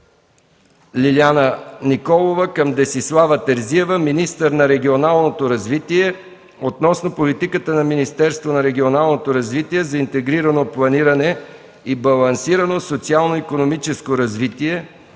Лиляна Павлова към Десислава Терзиева – министър на регионалното развитие, относно политиката на Министерството на регионалното развитие за интегрирано планиране и балансирано социално-икономическо развитие